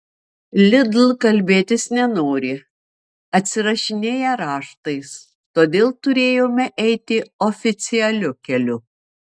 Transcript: lidl kalbėtis nenori atsirašinėja raštais todėl turėjome eiti oficialiu keliu